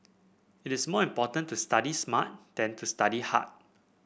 it is more important to study smart than to study hard